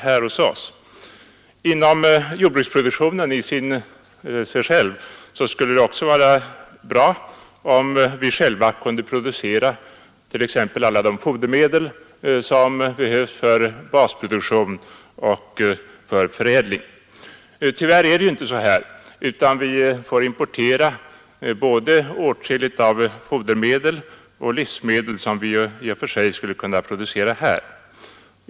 För jordbruksproduktionen som sådan skulle det också vara bra om vi kunde producera t.ex. alla de fodermedel som behövs för basproduktion och förädling. Tyvärr är det inte så, utan vi måste importera åtskilligt både av fodermedel och av livsmedel som vi i och för sig skulle kunna producera här.